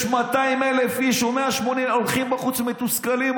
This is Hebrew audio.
יש 200,000 או 180,000 שהולכים בחוץ מתוסכלים.